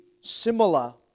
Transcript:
similar